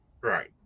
Right